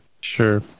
sure